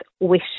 wish